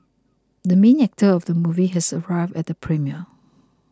the main actor of the movie has arrived at premiere